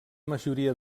majoria